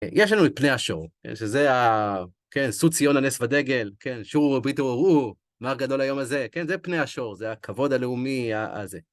יש לנו את פני השור, שזה, כן, שאו ציונה נס ודגל, כן, שורו הביטו וראו, מה הגדול היום הזה, כן, זה פני השור, זה הכבוד הלאומי הזה.